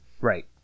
Right